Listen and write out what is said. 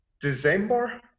December